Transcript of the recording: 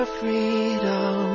freedom